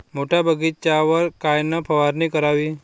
मोठ्या बगीचावर कायन फवारनी करावी?